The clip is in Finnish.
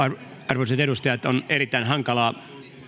arvoisat edustajat on erittäin hankalaa